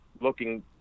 looking